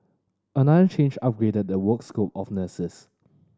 another change upgraded the work scope of nurses